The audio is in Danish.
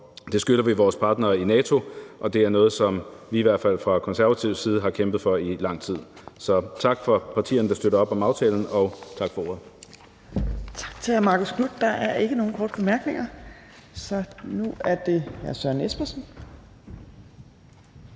Det skylder vi vores partnere i NATO, og det er noget, som vi i hvert fald fra konservativ side har kæmpet for i lang tid. Så tak til partierne, der støtter op om aftalen, og tak for ordet. Kl. 19:43 Tredje næstformand (Trine Torp): Tak til hr. Marcus Knuth. Der er ikke nogen korte bemærkninger, så nu er det hr. Søren Espersen